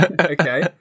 Okay